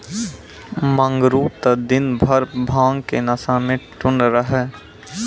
मंगरू त दिनभर भांग के नशा मॅ टुन्न रहै